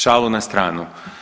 Šalu na stranu.